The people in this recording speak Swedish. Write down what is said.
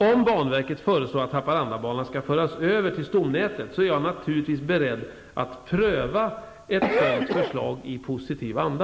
Om banverket föreslår att Haparandabanan skall föras över till stomnätet, är jag naturligtvis beredd att pröva ett sådant förslag i positiv anda.